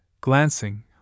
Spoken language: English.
Glancing